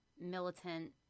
militant